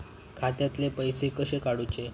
खात्यातले पैसे कसे काडूचे?